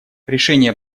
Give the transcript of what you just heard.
решение